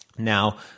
Now